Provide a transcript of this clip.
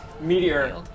Meteor